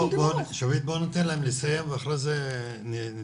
שביט, בוא ניתן להם לסיים ואחרי זה נתייחס.